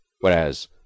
Whereas